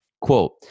quote